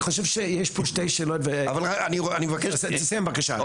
אני חושב שיש פה שתי שאלות ו -- אבל אני מבקש -- תסיים בבקשה.